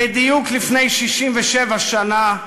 בדיוק לפני 67 שנה,